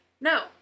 no